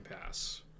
Pass